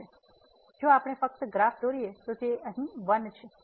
તેથી જો આપણે ફક્ત ગ્રાફ દોરીએ તો તે અહીં 1 છે